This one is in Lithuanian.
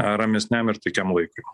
ramesniam ir taikiam laikui